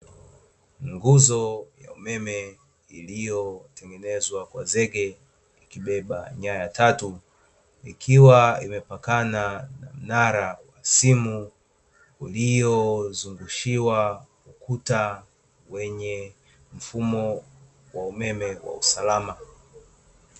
Nguzo ya umeme iliyotengenezwa kwa zege, ikibeba nyaya tatu, ikiwa imepakana na mnara wa simu uliozungushiwa ukuta wenye mfumo wa umeme kwa usalama.